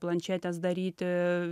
planšetės daryti